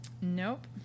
nope